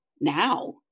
Now